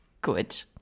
good